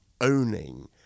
owning